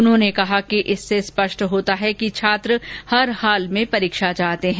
उन्होंने कहा कि इससे स्पष्ट होता है कि छात्र हर हाल में परीक्षा चाहते हैं